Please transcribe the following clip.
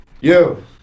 Yo